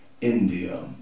India